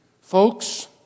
Folks